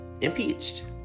impeached